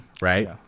Right